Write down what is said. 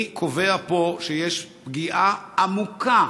אני קובע פה שיש פגיעה עמוקה